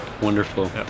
Wonderful